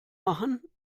machen